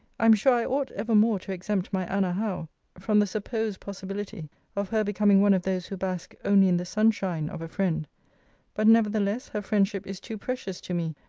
i am sure i ought evermore to exempt my anna howe from the supposed possibility of her becoming one of those who bask only in the sun-shine of a friend but nevertheless her friendship is too precious to me,